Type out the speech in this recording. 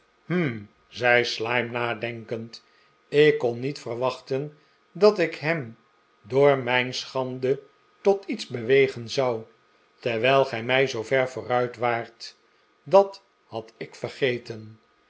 hm zei slyme nadenkend ik kon met verwachten dat ik hem door mijn schande tot iets bewegen zou terwijl gij mij zoover vooruit waart dat had ik vergeten